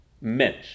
Mensch